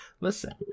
Listen